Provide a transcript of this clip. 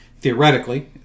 Theoretically